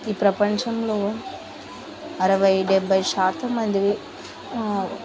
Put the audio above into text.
ఈ ప్రపంచంలో అరవై డెబ్భై శాతం మందివి